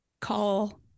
call